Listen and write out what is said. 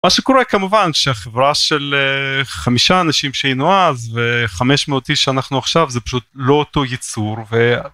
מה שקורה כמובן שהחברה של חמישה אנשים שהיינו אז וחמש מאות איש שאנחנו עכשיו זה פשוט לא אותו יצור.